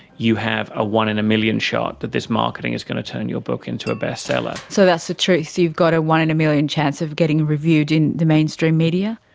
you have a one in a million shot that this marketing is going to turn your book into a bestseller'. so that's the truth, so you've got a one in a million chance of getting reviewed in the mainstream media?